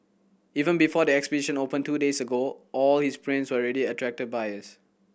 even before the exhibition opened two days ago all his prints already attracted buyers